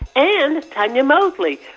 and tonya mosley,